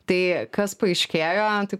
tai kas paaiškėjo tai